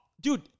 dude